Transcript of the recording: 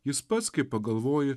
jis pats kai pagalvoji